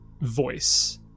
voice